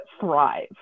thrive